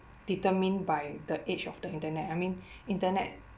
determined by the age of the internet I mean internet